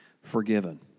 forgiven